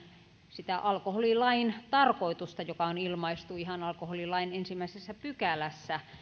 sitä alkoholilain tarkoitusta joka on ilmaistu ihan alkoholilain ensimmäisessä pykälässä